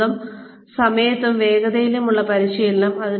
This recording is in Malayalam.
ഇഷ്ടമുള്ള സമയത്തും വേഗതയിലും ഉള്ള പരിശീലനം